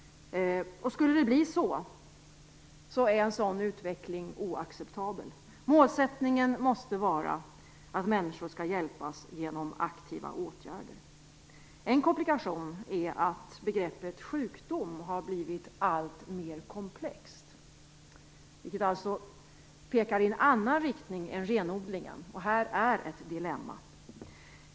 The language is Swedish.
En sådan utveckling skulle vara oacceptabel. Målsättningen måste vara att aktiva åtgärder vidtas. En komplikation är att begreppet sjukdom blivit alltmer komplext, vilket pekar i en annan riktning är renodlingen. Det är ett dilemma.